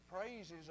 praises